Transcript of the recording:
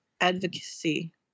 advocacy